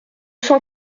cent